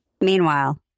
Meanwhile